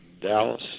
Dallas